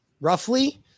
roughly